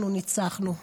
אנחנו ניצחנו.